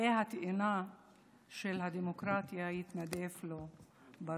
עלה התאנה הדמוקרטי יתנדף לו ברוח,